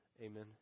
Amen